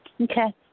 Okay